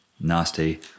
Nasty